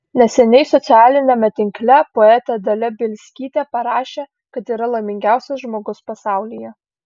neseniai socialiniame tinkle poetė dalia bielskytė parašė kad yra laimingiausias žmogus pasaulyje